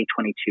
2022